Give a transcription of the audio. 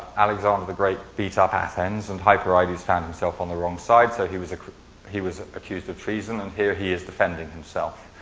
alexander the great beat up athens and hypereides found himself on the wrong side, so he was he was accused of treason and here he is defending himself.